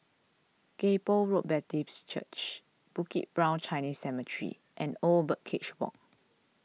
Kay Poh Road Baptist Church Bukit Brown Chinese Cemetery and Old Birdcage Walk